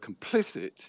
complicit